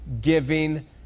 giving